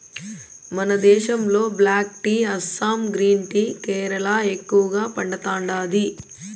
మన దేశంలో black tea Assam green tea Kerala ఎక్కువగా పండతాండాది